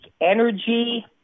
Energy